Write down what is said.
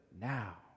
now